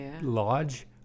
lodge